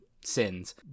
sins